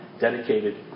dedicated